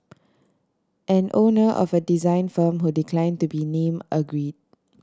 an owner of a design firm who decline to be name agree